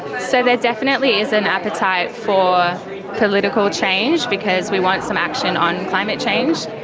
so there definitely is an appetite for political change because we want some action on climate change.